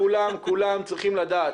כולם, כולם, כולם צריכים לדעת.